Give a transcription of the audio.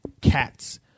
cats